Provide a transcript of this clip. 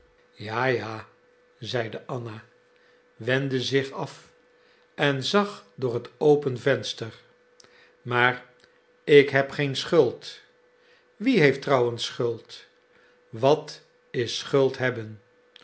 ja ja zeide anna wendde zich af en zag door het open venster maar ik heb geen schuld wie heeft trouwens schuld wat is schuld hebben